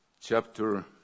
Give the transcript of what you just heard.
Chapter